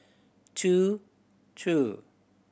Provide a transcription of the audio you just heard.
two two